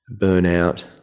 burnout